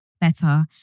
better